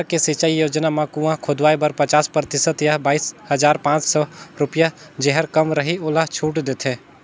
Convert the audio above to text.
सरकार के सिंचई योजना म कुंआ खोदवाए बर पचास परतिसत य बाइस हजार पाँच सौ रुपिया जेहर कम रहि ओला छूट देथे